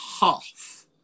half